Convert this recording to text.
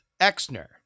Exner